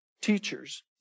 teachers